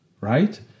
right